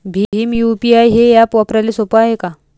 Bhim UPI हे app वापराले सोपे हाय का?